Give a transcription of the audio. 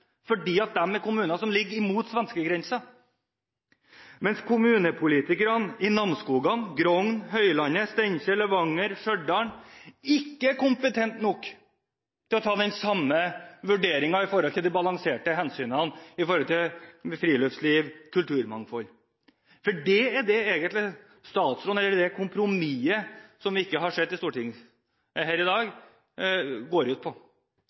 er kommuner som ligger mot svenskegrensen, mens kommunepolitikerne i Namsskogan, Grong, Høylandet, Steinkjer, Levanger og Stjørdal ikke er kompetente nok til å ta den samme vurderingen av de balanserte hensynene til friluftsliv og kulturmangfold? Det er det det kompromisset som vi ikke har sett her i dag, egentlig går ut på.